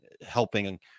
helping